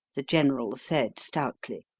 the general said stoutly,